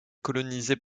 colonisée